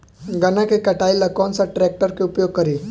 गन्ना के कटाई ला कौन सा ट्रैकटर के उपयोग करी?